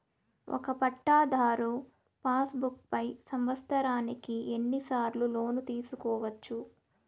ఒక పట్టాధారు passbook పై సంవత్సరానికి ఎన్ని సార్లు లోను తీసుకోవచ్చు?